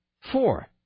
four